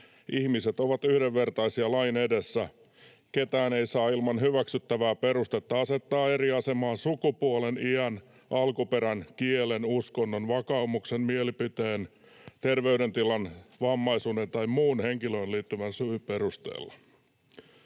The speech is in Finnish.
’Ihmiset ovat yhdenvertaisia lain edessä. Ketään ei saa ilman hyväksyttävää perustetta asettaa eri asemaan sukupuolen, iän, alkuperän, kielen, uskonnon, vakaumuksen, mielipiteen, terveydentilan, vammaisuuden tai muun henkilöön liittyvän syyn perusteella.’